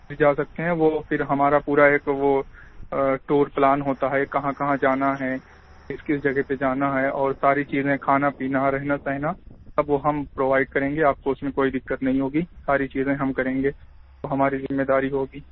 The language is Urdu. جا سکتے ہیں وہ پھر ہمارا پورا ایک وہ ٹور پلان ہوتا ہے کہاں کہاں جانا ہے کس کس جگہ پہ جانا ہے اور ساری چیزیں کھانا پینا رہنا سہنا سب ہم پرووائڈ کریں گے آپ کو اُس میں کوئی دقت نہیں ہوگی ساری چیزیں ہم کریں گے وہ ہماری ذمہ داری ہوگی